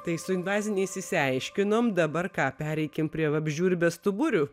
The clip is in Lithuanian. tai su invaziniais išsiaiškinom dabar ką pereikim prie vabzdžių ir bestuburių